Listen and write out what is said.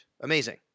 Amazing